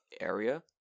area